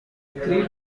three